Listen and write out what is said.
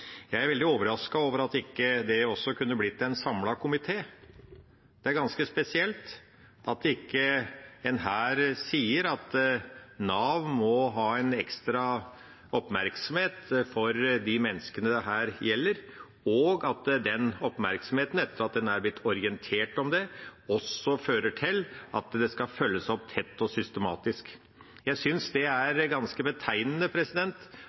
Jeg er veldig overrasket over at det ikke også kunne blitt en samlet komité her. Det er ganske spesielt at en ikke her sier at Nav må ha en ekstra oppmerksomhet for de menneskene dette gjelder, og at den oppmerksomheten, etter at en er blitt orientert om det, også fører til at det skal følges opp tett og systematisk. Jeg syns det er ganske betegnende